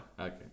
Okay